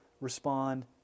respond